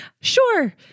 Sure